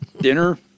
dinner